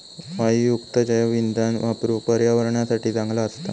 वायूयुक्त जैवइंधन वापरुक पर्यावरणासाठी चांगला असता